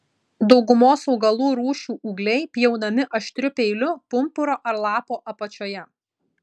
daugumos augalų rūšių ūgliai pjaunami aštriu peiliu pumpuro ar lapo apačioje